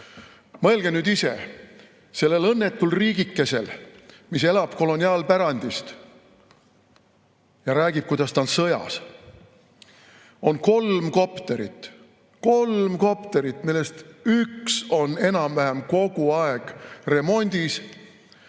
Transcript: Mõelge nüüd ise: sellel õnnetul riigikesel, mis elab koloniaalpärandist ja räägib, kuidas ta on sõjas, on kolm kopterit – kolm kopterit! – millest üks on enam-vähem kogu aeg remondis,